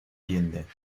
allende